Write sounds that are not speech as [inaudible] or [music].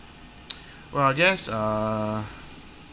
[noise] well I guess err